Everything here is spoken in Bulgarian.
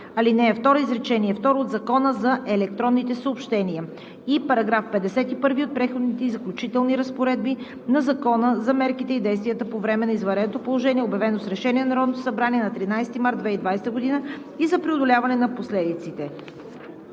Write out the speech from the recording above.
ал. 2, изречение второ“ от Закона за електронните съобщения, и § 51 от Преходните и заключителни разпоредби на Закона за мерките и действията по време на извънредното положение, обявено с решение на Народното събрание на 13 март 2020 г. и за преодоляване на последиците.